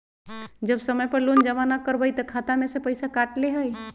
जब समय पर लोन जमा न करवई तब खाता में से पईसा काट लेहई?